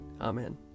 Amen